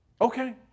Okay